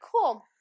Cool